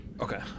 Okay